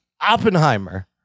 Oppenheimer